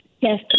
Yes